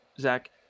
Zach